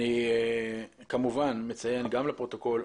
אני כמובן מציין גם לפרוטוקול,